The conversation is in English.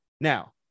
Now